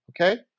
okay